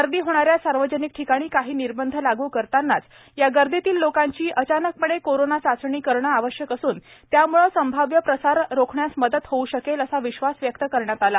गर्दी होणाऱ्या सार्वजनिक ठिकाणी काही निर्बंध लागू करतानाच या गर्दीतील लोकांची अचानकपणे कोरोना चाचणी करणे आवश्यक असून त्यामुळे संभाव्य प्रसार रोखण्यास मदत होऊ शकेल असा विश्वास व्यक्त करण्यात आला आहे